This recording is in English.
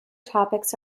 topics